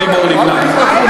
לכת?